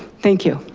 thank you.